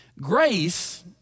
Grace